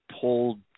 pulled